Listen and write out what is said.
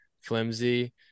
flimsy